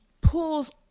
pulls